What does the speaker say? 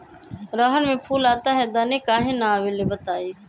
रहर मे फूल आता हैं दने काहे न आबेले बताई?